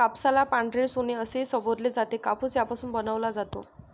कापसाला पांढरे सोने असेही संबोधले जाते, कापूस यापासून बनवला जातो